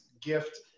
gift